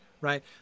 right